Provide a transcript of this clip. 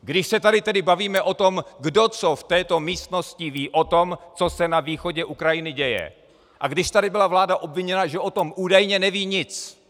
Když se tady tedy bavíme o tom, kdo co v této místnosti ví o tom, co se na východě Ukrajiny děje, a když tady byla vláda obviněna, že o tom údajně neví nic.